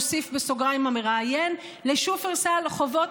מוסיף בסוגריים המראיין: לשופרסל חובות